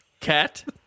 Cat